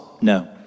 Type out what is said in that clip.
No